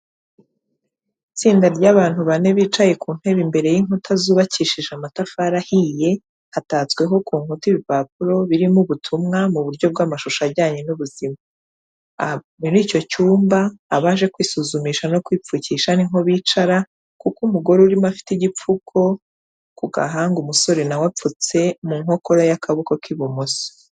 Itsinda ry'abantu bane bicaye ku ntebe imbere y'inkuta zubakishije amatafari ahiye, hatatsweho ku nkuta ibipapuro birimo ubutumwa mu buryo bw'amashusho ajyanye n'ubuzima, muri icyo cyumba abaje kwisuzumisha no kwipfukisha niho bicara, kuko umugore urimo afite igipfuko ku gahanga, umusore nawe apfutse mu nkokora y'akaboko k'ibumoso.